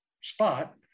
spot